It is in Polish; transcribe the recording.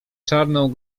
czarną